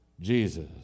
Jesus